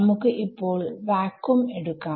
നമുക്ക് ഇപ്പോൾ വാക്വം എടുക്കാം